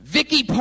Vicky